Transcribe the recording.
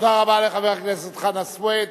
תודה רבה לחבר הכנסת חנא סוייד.